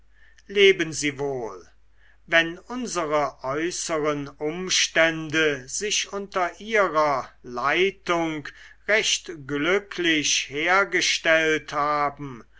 leben sie wohl wenn unsere äußeren umstände sich unter ihrer leitung recht glücklich hergestellt haben